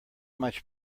much